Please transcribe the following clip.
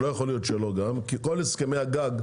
לא יכול להיות שלא, כי כל הסכמי הגג,